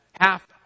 half